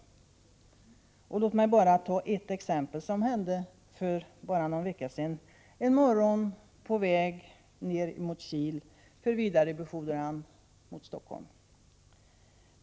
Låt mig bara ta ett exempel på något som hände för någon vecka sedan en morgon på väg ner mot Kil för vidare befordran till Stockholm.